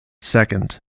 Second